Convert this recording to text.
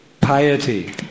piety